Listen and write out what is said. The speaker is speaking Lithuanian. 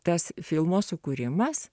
tas filmo sukūrimas